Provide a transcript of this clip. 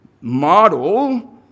model